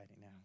now